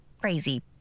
crazy